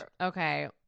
Okay